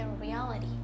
reality